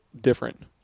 different